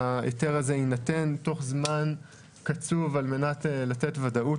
ההיתר הזה יינתן תוך זמן קצוב על מנת לתת ודאות